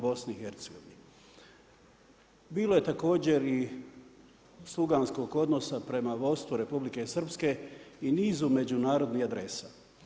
Bilo je također i sluganskom odnosa prema vodstvu Republike Srpske i nizu međunarodnih adresa.